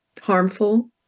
harmful